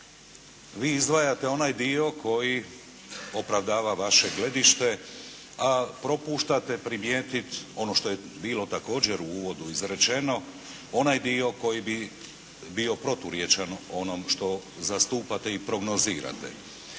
Vi izdvajate onaj dio koji opravdava vaše gledište a propuštate primijetiti ono što je bilo također u uvodu izrečeno, onaj dio koji bi bio proturječan onome što zastupate i prognozirate.